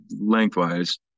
lengthwise